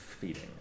Feeding